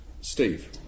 Steve